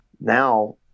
Now